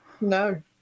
No